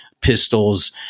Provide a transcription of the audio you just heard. pistols